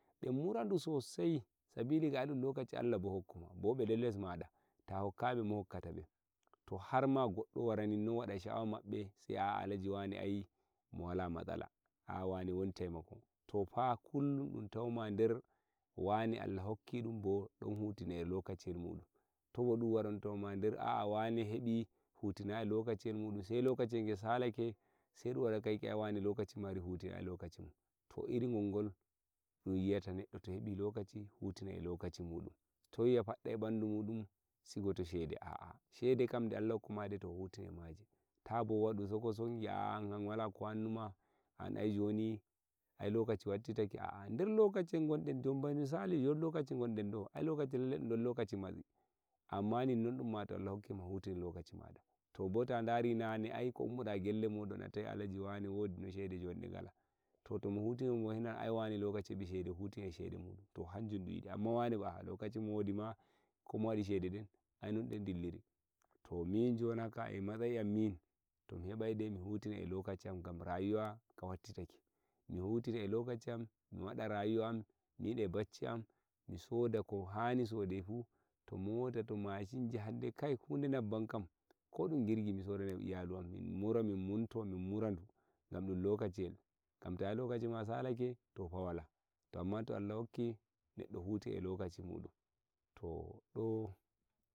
nbe mura ndu sosai sabili ga ai dum lokaci Allah bo hokku ma bo nbe don less mada ta hokkayi be mo hokkata be to har ma goddo wara nin non wada sha'awa mabbe sei a'a alaji wane ai mo walamatsala a'a wane won teimako to fa kullum dum tau ma nder wane Allah hokki dum bo don hutina e lokaciyel mudum to dum wara dum tau ma nder a'a wane hebi hutinayi lokaciyel mudum sei lokaciyel ngel salake sei dum wada ka yiki ai wane lokaci mari hutiniyi lokaci mun to iri ngongol dun yi'ata neddo to hebi lokaci to hutina e lokaci mudum to yi'a faddai mbandu mudum sigo to shede a'a shede kam nde Allah hokku ma de to hutinir e maje ta bo wadu soko soko a'a an kam wala ko wannu ma an ai joni ai lokaci watitake a'a nder lokaciyel ngon den jon bano misali jon lokaci ngon den do ai dum nder lokaci marden amma nin non dum ma to Allah hokki ma hutinir lokaci mada to bo ta ndari nane ai ko ummoda gelle modon a tawi alaji wane wodi no shede amma jon nde ngala to to mo hutinir no dum bo sei nana ai wane lokaci nbe shede hutiniri shede mudum to hanjum dun yidi amma wane ba lokaci mo wodi ma ko mo wadi shede den ai non nde ndilliri to min jon haka e matsayi am min to mi hebai de mi hutirai lokaci am ngam rayuwa ka wattitake mi hutirai e lokaci am mi wada rayuwa am min e bacci mi soda ko hani sode fu to mota to mashinji harde kai hunde nabbam kam ko dum girgi mi sodanai iyalu am min mmura min monto ndu min mmura ndu gam dum lokaciyel gam ta yi lokaci ma salake to fa wala to amman to Allah hokki meddo hutai e lokaci mudum to do